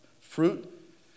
fruit